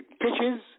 pitches